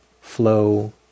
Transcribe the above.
flow